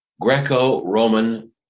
Greco-Roman